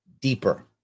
deeper